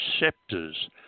receptors